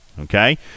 okay